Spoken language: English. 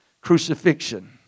crucifixion